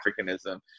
Africanism